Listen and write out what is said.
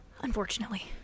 Unfortunately